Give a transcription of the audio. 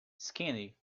skinny